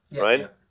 right